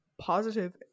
positive